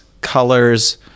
colors